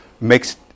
makes